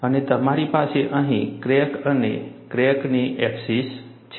અને તમારી પાસે અહીં ક્રેક અને ક્રેકની એક્સિસ છે